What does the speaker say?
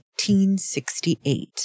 1868